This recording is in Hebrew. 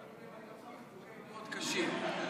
דברים מאוד קשים,